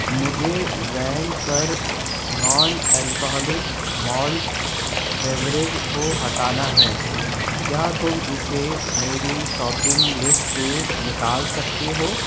مجھے وین پر نان الکحلک مالٹ بیوریج کو ہٹانا ہے کیا تم اسے میری شاپنگ لسٹ سے نکال سکتے ہو